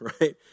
right